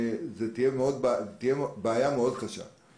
זו תהיה בעיה קשה מאוד.